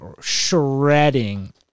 shredding